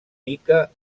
mica